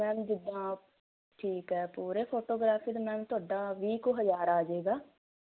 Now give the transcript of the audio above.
ma'am ਜਿੱਦਾ ਠੀਕ ਆ ਪੂਰੇ ਫੋਟੋਗ੍ਰਾਫੀ ਦਾ ਮੈਮ ਤੁਹਾਡਾ ਵੀਹ ਕੁ ਹਜ਼ਾਰ ਆ ਜਾਏਗਾ